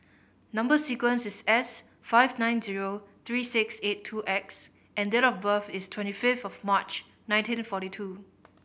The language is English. number sequence is S five nine zero three six eight two X and date of birth is twenty fifth of March nineteen forty two